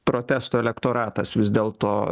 protesto elektoratas vis dėlto